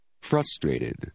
Frustrated